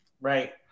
right